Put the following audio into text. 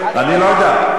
אני לא יודע,